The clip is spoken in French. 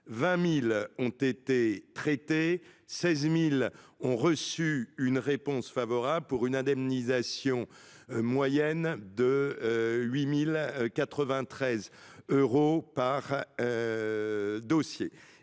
elles ont été traitées et 16 000 ont reçu une réponse favorable, pour une indemnisation moyenne de 8 093 euros par dossier.